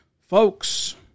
Folks